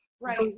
Right